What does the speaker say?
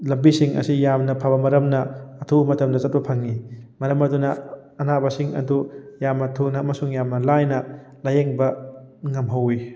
ꯂꯝꯕꯤꯁꯤꯡ ꯑꯁꯤ ꯌꯥꯝꯅ ꯐꯕ ꯃꯔꯝꯅ ꯑꯊꯨꯕ ꯃꯇꯝꯗ ꯆꯠꯄ ꯐꯪꯉꯤ ꯃꯔꯝ ꯑꯗꯨꯅ ꯑꯅꯥꯕꯁꯤꯡ ꯑꯗꯨ ꯌꯥꯝꯅ ꯊꯨꯅ ꯑꯃꯁꯨꯡ ꯌꯥꯝꯅ ꯂꯥꯏꯅ ꯂꯥꯏꯌꯦꯡꯕ ꯉꯝꯍꯧꯋꯤ